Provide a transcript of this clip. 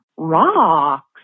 rocks